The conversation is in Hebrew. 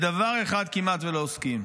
בדבר אחד כמעט ולא עוסקים,